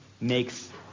makes